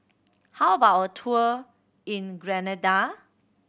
how about a tour in Grenada